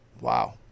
Wow